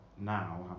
now